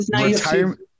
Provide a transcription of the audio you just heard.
Retirement